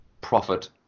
profit